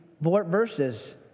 verses